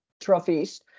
trophies